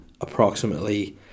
approximately